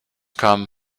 come